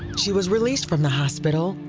she was released from the hospital,